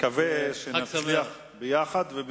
נקווה שיחד נצליח,